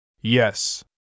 Yes